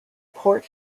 port